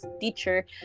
teacher